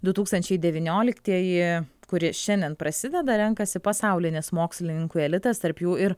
du tūkstančiai devynioliktieji kuri šiandien prasideda renkasi pasaulinis mokslininkų elitas tarp jų ir